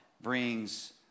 brings